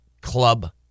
club